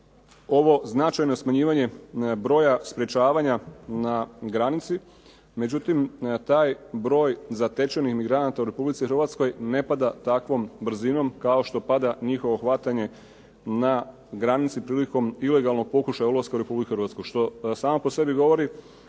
ovo značajno smanjivanje broja sprečavanja na granici, međutim taj broj zatečenih imigranata u RH ne pada takvom brzinom kao što pada njihovo hvatanje na granici prilikom ilegalnog pokušaja ulaska u RH što samo po sebi govori